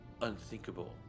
unthinkable